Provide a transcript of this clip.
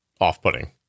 off-putting